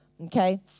Okay